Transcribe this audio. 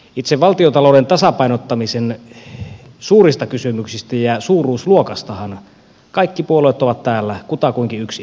itse valtiontalouden tasapainottamisen suurista kysymyksistä ja suuruusluokastahan kaikki puolueet ovat täällä kutakuinkin yksimielisiä